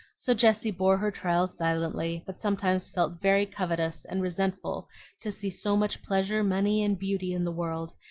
so jessie bore her trials silently, but sometimes felt very covetous and resentful to see so much pleasure, money, and beauty in the world,